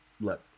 Look